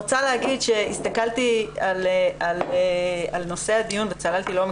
הסתכלתי על נושא הדיון וצללתי לעומק,